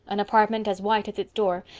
an apartment as white as its door,